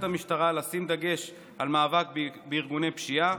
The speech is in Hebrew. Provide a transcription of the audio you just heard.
המשטרה לשים דגש על מאבק בארגוני פשיעה,